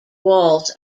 walls